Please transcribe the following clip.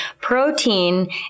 protein